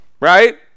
Right